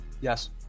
Yes